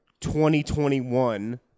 2021